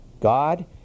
God